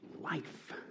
life